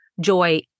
joy